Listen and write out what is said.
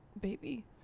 baby